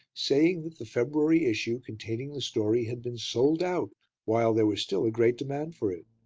saying that the february issue containing the story had been sold out, while there was still a great demand for it.